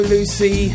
Lucy